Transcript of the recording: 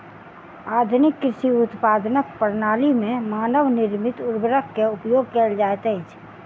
आधुनिक कृषि उत्पादनक प्रणाली में मानव निर्मित उर्वरक के उपयोग कयल जाइत अछि